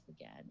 again